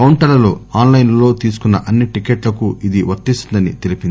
కౌంటర్లలో ఆస్లైన్లో తీసుకున్న అన్ని టికెట్లకు ఇది వర్తిస్తుందని తెలిపింది